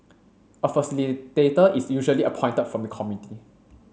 a facilitator is usually appointed from the committee